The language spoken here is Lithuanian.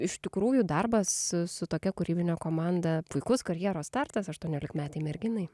iš tikrųjų darbas su tokia kūrybine komanda puikus karjeros startas aštuoniolikmetei merginai